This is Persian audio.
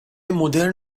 مدرن